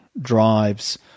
drives